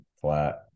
flat